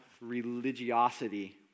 religiosity